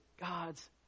God's